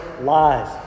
lies